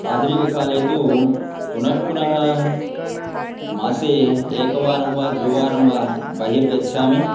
आधुनिककाले तु पुनः पुनः मासे एकवारं वा द्विवारं वा बहिर्गच्छामि